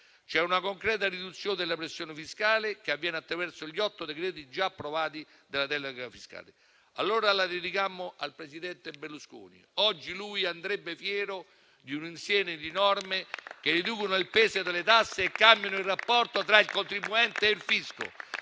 C'è una concreta riduzione della pressione fiscale che avviene attraverso gli otto decreti già approvati della delega fiscale. Allora la dedicammo al presidente Berlusconi, oggi lui andrebbe fiero di un insieme di norme che riducono il peso delle tasse e cambiano il rapporto tra il contribuente e il fisco.